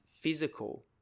physical